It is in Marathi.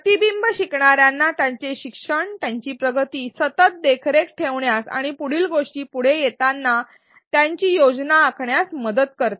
प्रतिबिंब शिकणार्यांना त्यांचे शिक्षण त्यांची प्रगती सतत देखरेख ठेवण्यास आणि पुढील गोष्टी पुढे येताना त्यांची योजना आखण्यात मदत करते